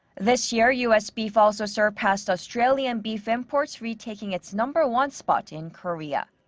this year, u s. beef also surpassed australian beef imports, retaking it's number one spot in korea.